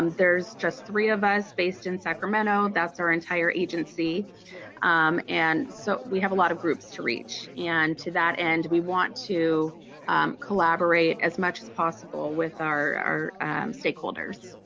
um there's just three of us based in sacramento. that's our entire agency and so we have a lot of groups to reach and to that end we want to collaborate as much as possible with our stakeholders.